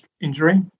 injury